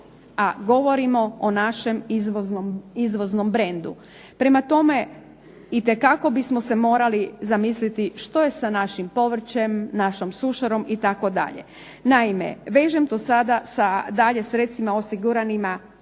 a govorimo o našem izvoznom brendu. Prema tome, itekako bismo se morali zamisliti što je sa našim povrćem, našom sušarom itd. Naime, vežem to sada sa dalje sredstvima osiguranima